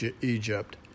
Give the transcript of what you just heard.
Egypt